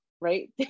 right